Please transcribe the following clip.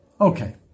Okay